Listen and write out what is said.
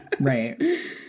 Right